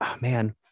man